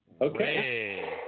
Okay